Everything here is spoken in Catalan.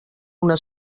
una